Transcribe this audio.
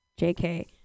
JK